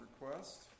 request